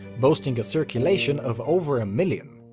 boasting a circulation of over a million.